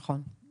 נכון.